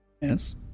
Yes